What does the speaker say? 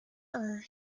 are